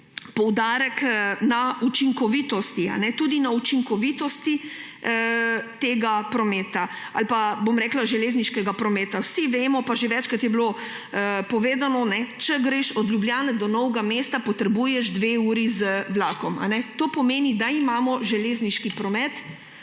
poudarek na učinkovitosti tega prometa ali pa bom rekla železniškega prometa. Vsi vemo pa že večkrat je bilo povedano, če greš od Ljubljane do Novega mesta, potrebuješ dve uri z vlakom. To pomeni, da prvo kot